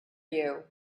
you